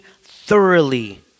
thoroughly